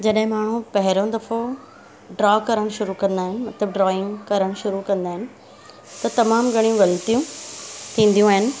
जॾहिं माण्हू पहिरों दफ़ो ड्रॉ करण शुरू कंदा आहिनि मतलबु ड्रॉइंग करण शुरू कंदा आहिनि त तमामु घणियूं ग़लतियूं थींदियूं आहिनि